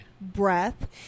breath